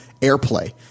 airplay